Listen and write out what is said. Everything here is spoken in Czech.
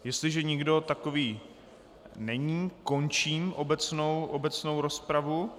Jestliže nikdo takový není, končím obecnou rozpravu.